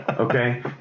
Okay